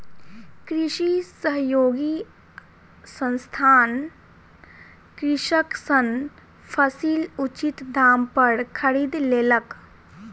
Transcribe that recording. कृषि सहयोगी संस्थान कृषक सॅ फसील उचित दाम पर खरीद लेलक